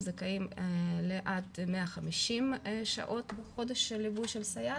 הם זכאים לעד 150 שעות בחודש של ליווי של סייעת,